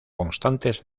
constantes